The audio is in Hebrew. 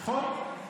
נכון.